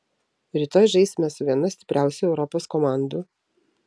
rytoj žaisime su viena stipriausių europos komandų